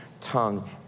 tongue